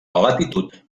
latitud